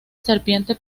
serpiente